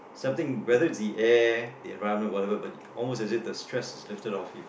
something whether it's the air or the environment whatever but almost as if the stress is lifted off you